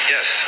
Yes